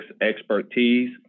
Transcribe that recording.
expertise